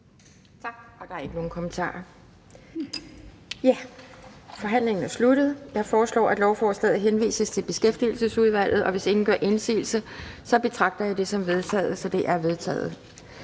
Tak for det. Der er ikke flere kommentarer, så forhandlingen er sluttet. Jeg foreslår, at lovforslaget henvises til Beskæftigelsesudvalget, og hvis ingen gør indsigelse, betragter jeg det som vedtaget. Det er vedtaget.